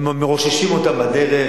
הם מרוששים אותם בדרך.